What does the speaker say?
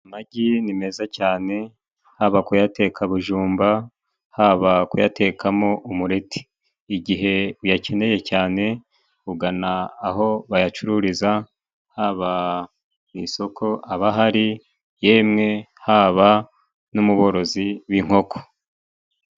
Amagi ni meza cyane haba kuyateka bujumba, haba kuyatekamo umureti, igihe uyakeneye cyane ugana aho bayacururiza, haba mu isoko aba hari yemwe haba no mu borozi b'inkoko.